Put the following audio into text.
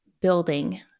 building